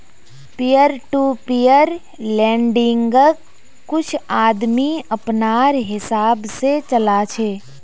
peer to peer लेंडिंग्क कुछ आदमी अपनार हिसाब से चला छे